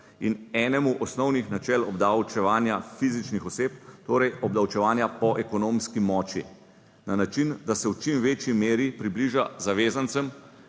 in enemu osnovnih načel obdavčevanja fizičnih oseb, torej obdavčevanja po ekonomski moči na način, da se v čim večji meri približa zavezancem,